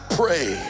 pray